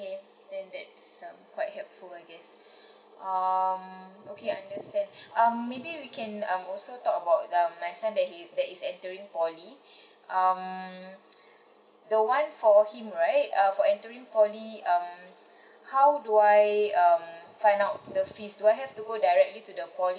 okay then that's um quite helpful I guess um okay understand um maybe we can um also talk about um my son that is that is entering P_O_L_Y um the one for him right err for entering P_O_L_Y um how do I um find out the fees so I have to go directly to the